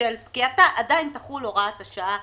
בשל פקיעתה, עדיין תחול הוראת השעה